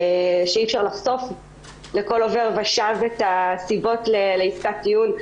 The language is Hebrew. שאי אפשר לחשוף לכל עובר ושב את הסיבות לעסקת טיעון.